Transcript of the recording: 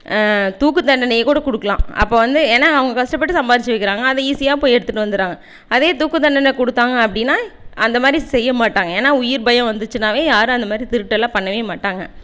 தூக்குத்தண்டனையே கூட கொடுக்கலாம் இப்போ வந்து ஏன்னா அவங்க கஷ்டப்பட்டு சம்பாரிச்சிவக்கிருக்காங்க அதை வந்து ஈஸியாக போய் எடுத்துகிட்டு வந்துடுறாங்க அதே தூக்குத்தண்டனகுடுத்தாங்க அப்படினா அந்த மாரி செய்யமாட்டாங்க ஏன்னா உயிர் பயம் வந்துச்சின்னாவே யாரும் இந்த மாரி திருட்டலாம் பண்ணவே மாட்டாங்க